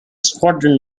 squadron